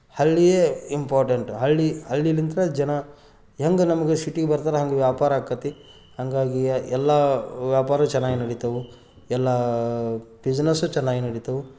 ಹಳ್ಳಿಯೇ important ಹಳ್ಳಿ ಹಳ್ಳಿಲಿಂದ ಜನ ಹೆಂಗೆ ನಮಗೆ ಸಿಟಿಗೆ ಬರ್ತಾರೆ ಹಂಗೆ ವ್ಯಾಪಾರಾಕ್ಕತ್ತಿ ಹಾಗಾಗಿ ಎಲ್ಲ ವ್ಯಾಪಾರ ಚೆನ್ನಾಗಿ ನಡಿತವು ಎಲ್ಲ ಬಿಸ್ನೆಸು ಚೆನ್ನಾಗಿ ನಡಿತವು